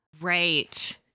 Right